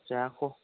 जायाखै